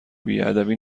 بیادبی